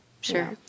Sure